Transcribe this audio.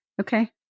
Okay